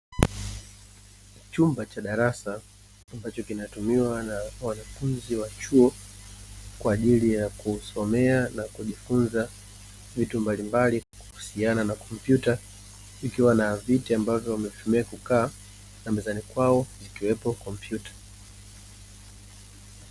Chumba cha darasa ambacho kinatumiwa na wanafunzi wa chuo kwa ajili ya kusomea na kujifunza vitu mbalimbali kuhusiana na kompyuta. Ikiwa na viti ambavyo wametumia kukaa na mezani kwao zikiwepo kompyuta.